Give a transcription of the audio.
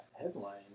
headline